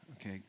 okay